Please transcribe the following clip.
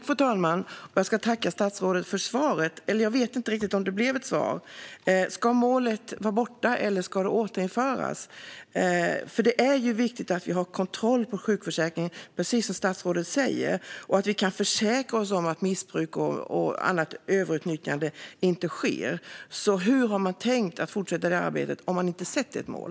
Fru talman! Jag ska tacka statsrådet för svaret, fast jag vet inte riktigt om det blev ett svar. Ska målet vara borta, eller ska det återinföras? Det är ju viktigt att vi har kontroll på sjukförsäkringen, precis som statsrådet säger, och att vi kan försäkra oss om att missbruk och överutnyttjande inte sker. Hur har man tänkt fortsätta arbetet om man inte sätter upp ett mål?